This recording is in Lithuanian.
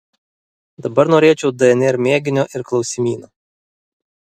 dabar norėčiau dnr mėginio ir klausimyno